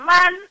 Man